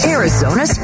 Arizona